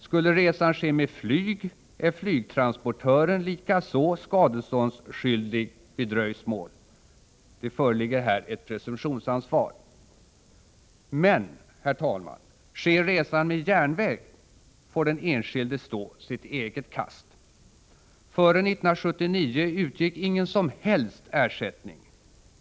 Skulle resan ske med flyg är flygtransportören likaså skadeståndsskyldig vid dröjsmål; det föreligger här ett presumtionsansvar. Men, herr talman, sker resan med järnväg får den enskilde stå sitt eget kast. Före 1979 utgick ingen som helst ersättning.